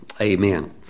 Amen